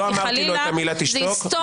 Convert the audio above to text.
לא אמרתי לו את המילה תשתוק.